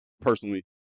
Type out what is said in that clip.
personally